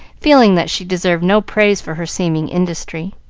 feeling that she deserved no praise for her seeming industry.